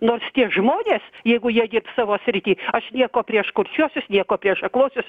nors tie žmonės jeigu jie dirbs savo srity aš nieko prieš kurčiuosius nieko prieš akluosius